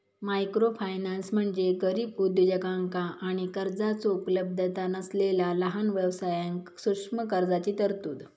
microfinance म्हणजे गरीब उद्योजकांका आणि कर्जाचो उपलब्धता नसलेला लहान व्यवसायांक सूक्ष्म कर्जाची तरतूद